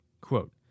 quote